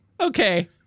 Okay